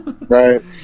Right